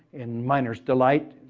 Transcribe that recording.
in miner's delight